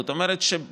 זאת אומרת, בעיניי,